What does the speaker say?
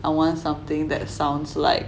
I want something that sounds like